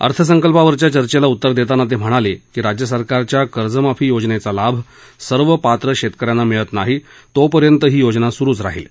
अर्थसंकल्पावरच्या चर्चेला उत्तर देताना ते म्हणाले की राज्य सरकारच्या कर्जमाफी योजनचा लाभ सर्व पात्र शेतकऱ्यांना मिळत नाही तोपर्यंत ही योजना सुरूच राहील